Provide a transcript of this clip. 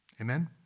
Amen